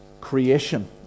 Creation